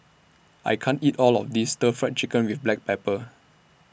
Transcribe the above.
I can't eat All of This Stir Fry Chicken with Black Pepper